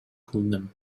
кылдым